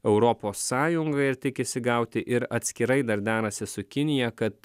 europos sąjunga ir tikisi gauti ir atskirai dar derasi su kinija kad